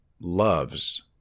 loves